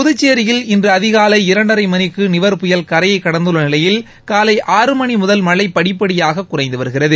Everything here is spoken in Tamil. புதுச்சேரியில் இன்று அதினலை இரண்டரை மணிக்கு நிவர் புயல் கரையை கடந்துள்ள நிலையில் காலை ஆறு மணி முதல் மழை படிப்படியாக குறைந்து வருகிறது